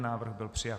Návrh byl přijat.